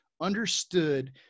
understood